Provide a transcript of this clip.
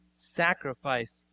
sacrifice